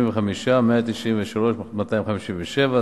75 מיליון ו-193,257 ש"ח.